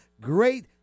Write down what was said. great